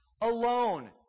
alone